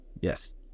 Yes